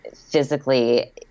physically